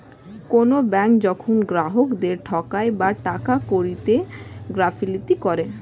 কোনো ব্যাঙ্ক যখন গ্রাহকদেরকে ঠকায় বা টাকা কড়িতে গাফিলতি করে